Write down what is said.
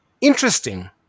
interesting